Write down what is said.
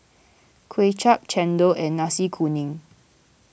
Kway Chap Chendol and Nasi Kuning